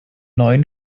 neuen